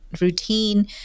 routine